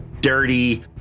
dirty